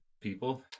People